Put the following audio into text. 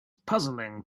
puzzling